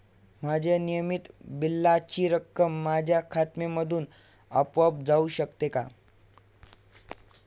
माझ्या नियमित बिलाची रक्कम माझ्या खात्यामधून आपोआप जाऊ शकते का?